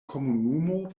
komunumo